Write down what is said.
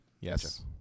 Yes